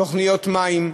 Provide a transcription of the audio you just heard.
תוכניות מים,